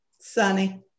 sunny